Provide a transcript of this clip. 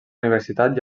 universitat